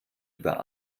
über